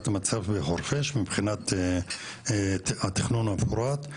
המצב בחורפיש מבחינת התכנון המפורט.